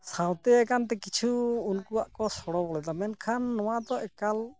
ᱥᱟᱶᱛᱮᱭᱟᱠᱟᱱ ᱛᱮ ᱠᱤᱪᱷᱩ ᱩᱱᱠᱩᱣᱟᱜ ᱠᱚ ᱥᱚᱲᱚᱵᱚᱲᱚᱭᱟ ᱢᱮᱱᱠᱷᱟᱱ ᱱᱚᱣᱟ ᱫᱚ ᱮᱠᱟᱞ